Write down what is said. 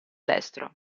destro